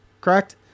Correct